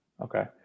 okay